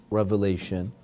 revelation